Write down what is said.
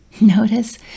Notice